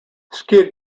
skid